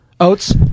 Oats